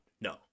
no